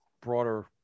broader